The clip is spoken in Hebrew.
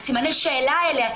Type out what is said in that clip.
סימני השאלה האלה.